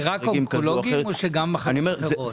זה רק אונקולוגית או מחלות אחרות?